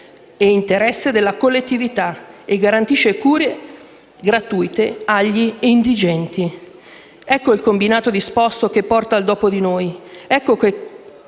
Grazie,